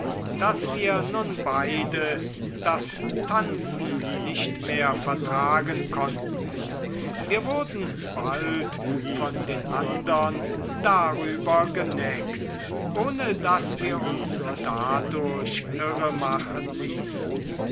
daß wir nun beide das tanzen nicht mehr vertragen konnten wir wurden bald von den andern darüber geneckt ohne daß wir uns dadurch irremachen ließen